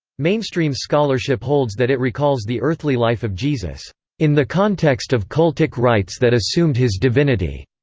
mainstream scholarship holds that it recalls the earthly life of jesus in the context of cultic rites that assumed his divinity.